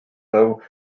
though